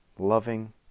loving